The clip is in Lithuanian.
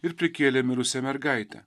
ir prikėlė mirusią mergaitę